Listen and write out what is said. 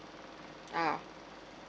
ah